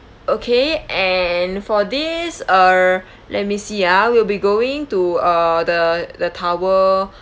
okay and for this uh let me see ah we'll be going to uh the the tower